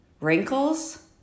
Wrinkles